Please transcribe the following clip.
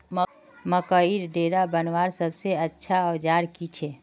मकईर डेरा बनवार सबसे अच्छा औजार की छे?